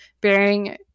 bearing